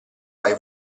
hai